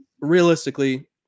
realistically